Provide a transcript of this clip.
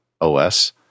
OS